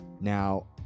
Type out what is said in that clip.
Now